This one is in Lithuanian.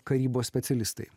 karybos specialistai